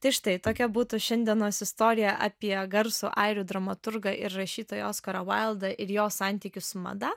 tai štai tokia būtų šiandienos istorija apie garsų airių dramaturgą ir rašytoją oskarą vaildą ir jo santykius su mada